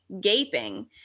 gaping